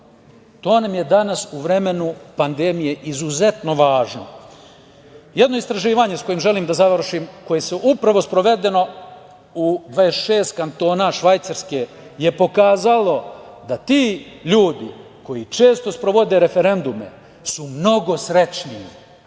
To nam je danas u vremenu pandemije izuzetno važno. Jedno istraživanje, sa kojim želim da završim, koje je upravo sprovedeno u 26 kantona Švajcarske je pokazalo da ti ljudi koji često sprovode referendume su mnogo srećniji